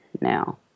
now